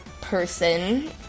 person